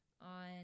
on